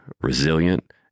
resilient